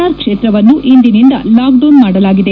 R ಕ್ಷೇತ್ರವನ್ನು ಇಂದಿನಿಂದ lockdown ಮಾಡಲಾಗಿದೆ